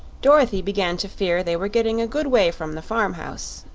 dorothy began to fear they were getting a good way from the farm-house,